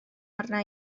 arna